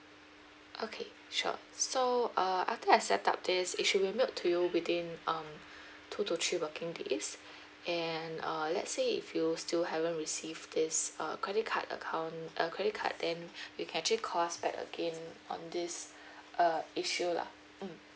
okay sure so uh after I set up this it should be mailed to you within um two to three working days and err let's say if you still haven't receive this uh credit card account uh credit card then you can actually call us back again on this uh issue lah mm